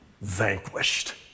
vanquished